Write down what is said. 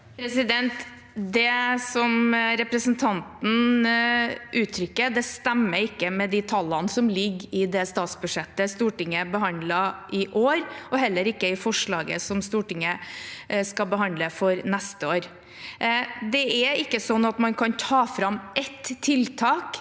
Det represen- tanten uttrykker, stemmer ikke med de tallene som ligger i det statsbudsjettet Stortinget behandlet for i år, og heller ikke i forslaget Stortinget skal behandle for neste år. Det er ikke sånn at man kan ta fram ett tiltak